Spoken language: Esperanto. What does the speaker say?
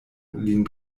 lin